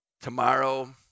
Tomorrow